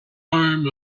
arm